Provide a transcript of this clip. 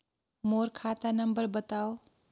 मोर खाता नम्बर बताव?